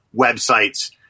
websites